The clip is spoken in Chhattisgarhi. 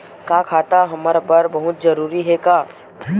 का खाता हमर बर बहुत जरूरी हे का?